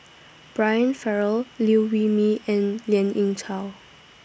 Brian Farrell Liew Wee Mee and Lien Ying Chow